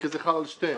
כי זה חל על שניהם.